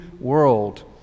world